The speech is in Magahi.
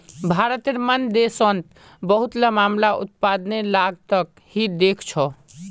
भारतेर मन देशोंत बहुतला मामला उत्पादनेर लागतक ही देखछो